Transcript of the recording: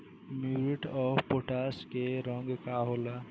Muriate of potash के रंग का होला?